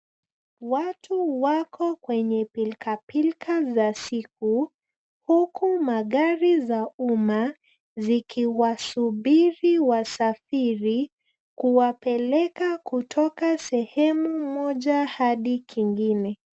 Watu wako kwenye pilkapilka za siku huku magari za umma zikiwasubiri wasafiri kuwapeleka kutoka sehemu moja hadi kingine.